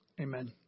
Amen